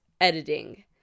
editing